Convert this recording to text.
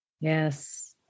Yes